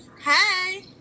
Hi